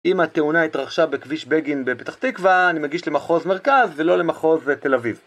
אם התאונה התרחשה בכביש בגין בפתח תקווה, אני מגיש למחוז מרכז ולא למחוז תל אביב.